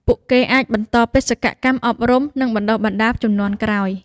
ពួកគេអាចបន្តបេសកកម្មអប់រំនិងបណ្តុះបណ្តាលជំនាន់ក្រោយ។